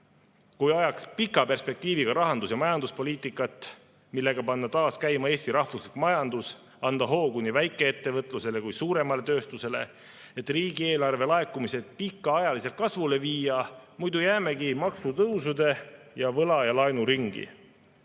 Kui ajaks pika perspektiiviga rahandus‑ ja majanduspoliitikat, millega panna taas käima Eesti rahvuslik majandus, anda hoogu nii väikeettevõtlusele kui ka suurematele tööstus[ettevõtetele], et riigieelarve laekumised pikaajaliselt kasvule viia, muidu jäämegi maksutõusude ja võla‑ ja laenuringi?